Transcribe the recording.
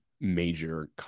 major